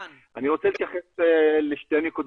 כמה מדריכים יש לנו היום?